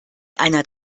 einer